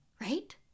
right